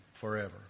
forever